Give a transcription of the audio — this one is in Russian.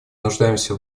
нуждаемся